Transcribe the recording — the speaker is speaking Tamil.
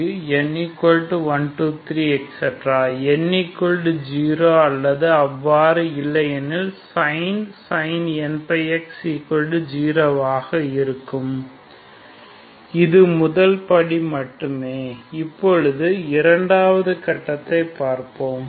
n0 அல்லது அவ்வாறு இல்லையெனில் sin nπx 0 ஆக இருக்கும் இது முதல் படி மட்டுமே இப்பொழுது இரண்டாவது கட்டத்தை பார்ப்போம்